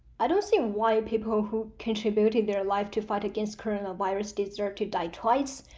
i don't see why people who contributed their life to fight against coronavirus deserve to die twice.